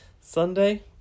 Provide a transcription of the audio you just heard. Sunday